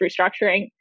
restructuring